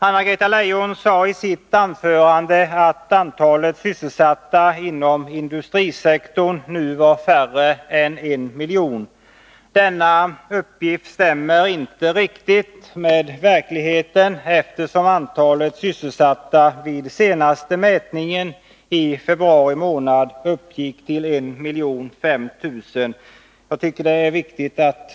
Anna-Greta Leijon sade i sitt anförande att antalet sysselsatta inom industrisektorn nu var färre än 1 000 000. Den uppgiften stämmer inte riktigt med verkligheten. Antalet sysselsatta vid den senaste mätningen i februari månad uppgick till 1 005 000.